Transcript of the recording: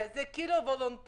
זה כאילו וולונטרי.